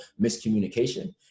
miscommunication